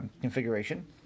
configuration